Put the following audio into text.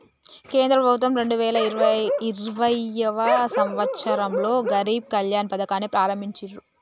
కేంద్ర ప్రభుత్వం రెండు వేల ఇరవైయవ సంవచ్చరంలో గరీబ్ కళ్యాణ్ పథకాన్ని ప్రారంభించిర్రు